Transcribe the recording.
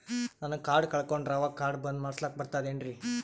ನಾನು ಕಾರ್ಡ್ ಕಳಕೊಂಡರ ಅವಾಗ ಕಾರ್ಡ್ ಬಂದ್ ಮಾಡಸ್ಲಾಕ ಬರ್ತದೇನ್ರಿ?